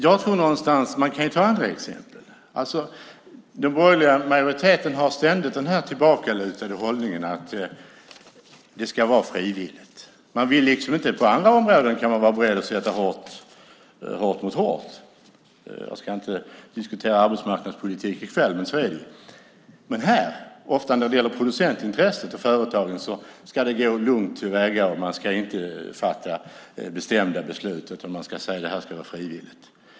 Man kan ta andra exempel. Den borgerliga majoriteten har ständigt den tillbakalutade hållningen att det ska vara frivilligt. På andra områden är man beredd att sätta hårt mot hårt. Jag ska inte diskutera arbetsmarknadspolitik i kväll, men så är det ju. Men när det gäller producentintresset och företagen ska det gå lugnt till. Man ska inte fatta bestämda beslut utan säga att detta ska vara frivilligt.